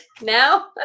now